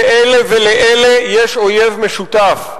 לאלה ולאלה יש אויב משותף,